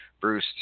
Bruce